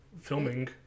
filming